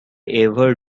ever